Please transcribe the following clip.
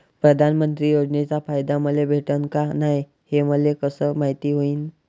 प्रधानमंत्री योजनेचा फायदा मले भेटनं का नाय, हे मले कस मायती होईन?